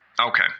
Okay